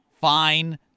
fine